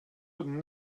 would